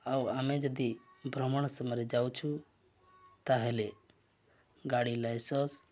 ଆଉ ଆମେ ଯଦି ଭ୍ରମଣ ସମୟରେ ଯାଉଛୁ ତାହେଲେ ଗାଡ଼ି ଲାଇସେନ୍ସ